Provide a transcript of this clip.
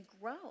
grow